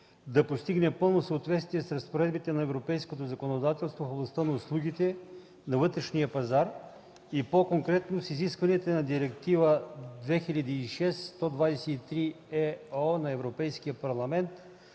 да постигне пълно съответствие с разпоредбите на европейското законодателство в областта на услугите на вътрешния пазар и по-конкретно с изискванията на Директива 2006/123/ЕО на Европейския парламент